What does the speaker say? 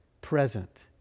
present